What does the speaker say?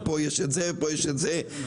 ופה יש את זה פה יש את זה,